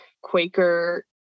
Quaker